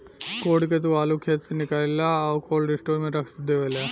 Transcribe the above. code के तू आलू खेत से निकालेलऽ आ कोल्ड स्टोर में रख डेवेलऽ